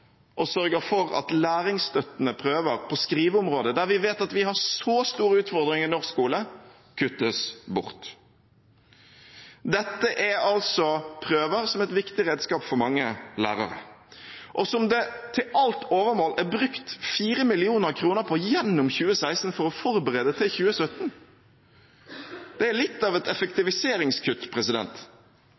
for at læringsstøttende prøver på skriveområdet, der vi vet at vi har så store utfordringer i norsk skole, kuttes bort. Dette er altså prøver som er et viktig redskap for mange lærere, og som det til alt overmål er brukt 4 mill. kr på gjennom 2016 for å forberede til 2017. Det er litt av et effektiviseringskutt.